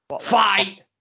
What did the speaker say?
Fight